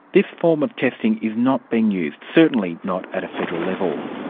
this form of testing is not being used. certainly not at a federal level.